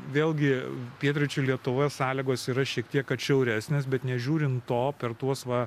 vėlgi pietryčių lietuvoj sąlygos yra šiek tiek atšiauresnės bet nežiūrint to per tuos va